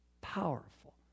powerful